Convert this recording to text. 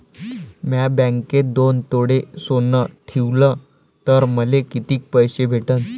म्या बँकेत दोन तोळे सोनं ठुलं तर मले किती पैसे भेटन